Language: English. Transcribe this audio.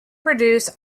produce